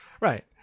right